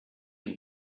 and